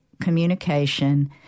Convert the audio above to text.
communication